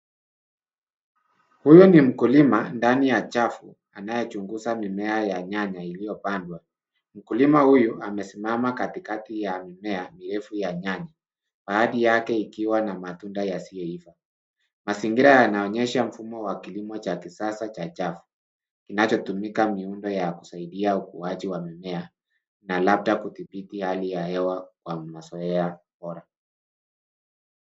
Huyu ni mkulima, ndani ya chafu, anayechunguza mimea ya nyanya iliyopandwa. Mkulima huyu amesimama katikati ya mimea mirefu ya nyanya, baadhi yake ikiwa na matunda yasiyoiva. Mazingira yanaonyesha mfumo wa kilimo cha kisasa cha chafu, inachotumika miundo ya kusaidia ukuaji wa mimea na labda kudhibiti hali ya hewa wa umazoea bora.